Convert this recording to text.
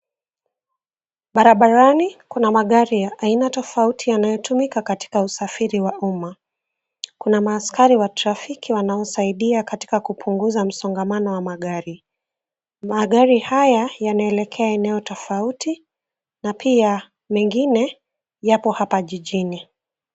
Barabarani kuna magari ya aina tofauti yanayotumika katika usafiri wa umma. Kuna ma askari wa trafiki wanaosaidia katika kupunguza msongamano wa magari. Magari haya yanaelekea eneo tofauti na pia mengine yapo hapa jijini.